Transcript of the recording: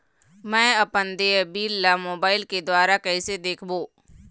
मैं अपन देय बिल ला मोबाइल के द्वारा कइसे देखबों?